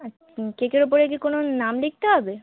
আচ্ছা কেকের ওপরে কি কোনো নাম লিখতে হবে